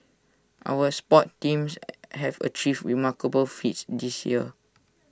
our sports teams have achieved remarkable feats this year